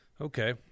Okay